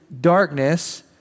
darkness